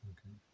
Okay